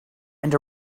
and